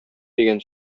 дигән